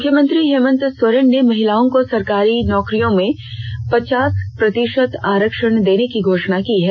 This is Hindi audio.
मुख्यमंत्री हेमंत सोरेन ने महिलाओं को सरकारी नौकरियों में पच्चास प्रतिषत आरक्षण देने की घोषणा की है